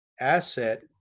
asset